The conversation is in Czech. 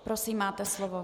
Prosím, máte slovo.